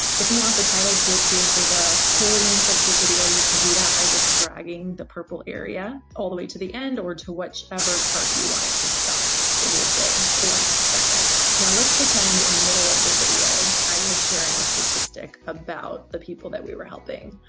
if you want the title to appear for the whole length of the video, you can do that by just dragging the purple area all the way to the end, or to whichever part you want it to stop, so we'll say four and a half seconds. now let's pretend in the middle of the video i was sharing a statistic about the people that we were helping.